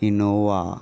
Innova